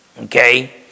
Okay